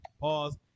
Pause